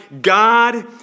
God